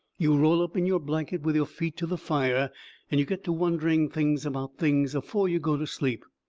you roll up in your blanket with your feet to the fire and you get to wondering things about things afore you go to sleep.